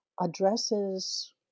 addresses